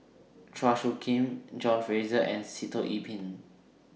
Chua Soo Khim John Fraser and Sitoh Yih Pin